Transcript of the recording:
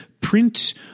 print